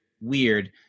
weird